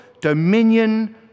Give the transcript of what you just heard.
dominion